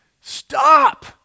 Stop